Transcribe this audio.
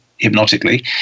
hypnotically